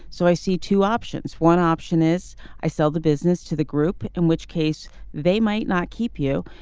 so i see two options. one option is i sell the business to the group in which case they might not keep you.